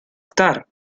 estar